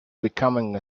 becoming